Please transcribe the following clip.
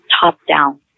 top-down